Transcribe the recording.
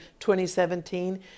2017